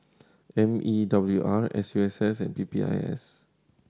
M E W R S U S S and P P I S